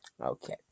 Okay